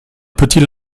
petit